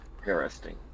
interesting